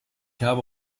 habe